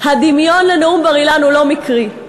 הדמיון לנאום בר-אילן אינו מקרי.